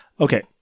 Okay